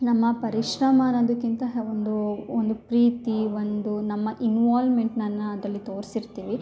ನಮ್ಮ ಪರಿಶ್ರಮ ಅನ್ನೋದಕ್ಕಿಂತ ಒಂದು ಒಂದು ಪ್ರೀತಿ ಒಂದು ನಮ್ಮ ಇನ್ವಾಲ್ಮೆಂಟ್ ನಾನು ಅದರಲ್ಲಿ ತೋರ್ಸಿರ್ತೀವಿ